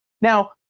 Now